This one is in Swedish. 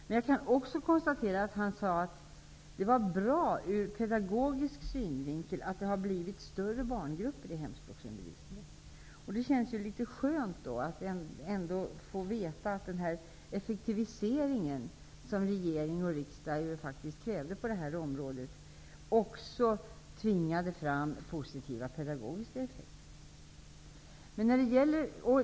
Men jag kan också konstatera att han sade att det är bra ur pedagogisk synpunkt att det har blivit större barngrupper i hemspråksundervisningen. Det känns ju bra att få veta att den effektivisering som regering och riksdag krävde på det här området också tvingade fram positiva pedagogiska effekter.